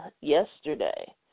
yesterday